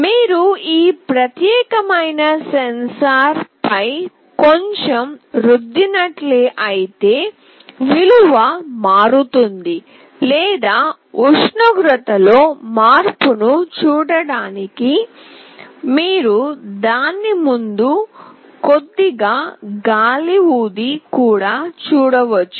మీరు ఈ ప్రత్యేకమైన సెన్సార్ ఫై కొంచెం రుద్దినట్లయితే విలువ మారుతుంది లేదా ఉష్ణోగ్రతలో మార్పును చూడటానికి మీరు దాని ముందు కొద్దిగా గాలి ఊది కూడా చూడవచ్చు